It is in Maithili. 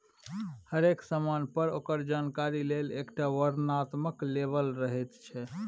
हरेक समान पर ओकर जानकारी लेल एकटा वर्णनात्मक लेबल रहैत छै